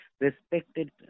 respected